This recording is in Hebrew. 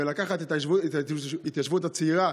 ולקחת את ההתיישבות הצעירה?